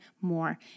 more